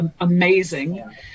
amazing